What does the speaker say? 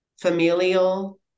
familial